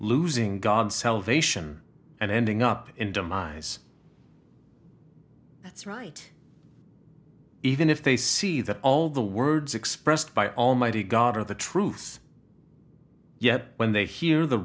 losing god salvation and ending up in demise that's right even if they see that all the words expressed by almighty god are the truth yet when they hear the